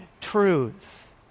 truth